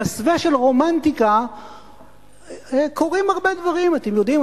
במסווה של רומנטיקה קורים הרבה דברים, אתם יודעים.